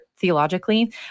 theologically